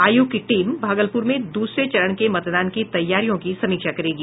आयोग की टीम भागलपुर में दूसरे चरण के मतदान की तैयारियों की समीक्षा करेगी